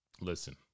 Listen